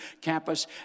campus